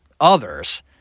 others